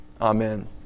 Amen